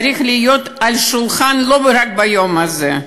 צריך להיות על השולחן לא רק ביום הזה,